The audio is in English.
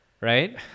right